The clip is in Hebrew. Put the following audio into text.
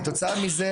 כתוצאה מכך,